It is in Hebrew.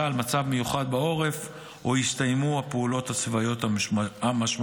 על מצב מיוחד בעורף או יסתיימו הפעולות הצבאיות המשמעותיות.